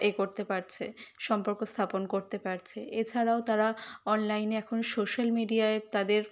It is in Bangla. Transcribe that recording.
এ করতে পারছে সম্পর্ক স্থাপন করতে পারছে এছাড়াও তারা অনলাইনে এখন সোশ্যাল মিডিয়ায় তাদের